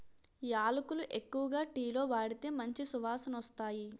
యాలకులు ఎక్కువగా టీలో వాడితే మంచి సువాసనొస్తాయి